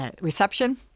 reception